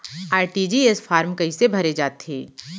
RTGS form कइसे भरे जाथे?